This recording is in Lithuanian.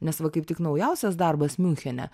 nes va kaip tik naujausias darbas miunchene